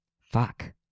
Fuck